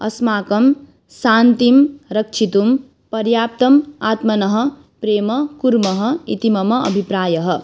अस्माकं शान्तिं रक्षितुं पर्याप्तम् आत्मनः प्रेम कुर्मः इत मम अभिप्रायः